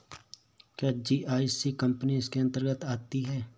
क्या GIC company इसके अन्तर्गत आती है?